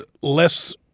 less